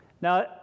Now